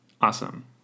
Awesome